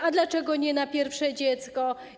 A dlaczego nie na pierwsze dziecko?